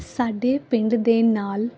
ਸਾਡੇ ਪਿੰਡ ਦੇ ਨਾਲ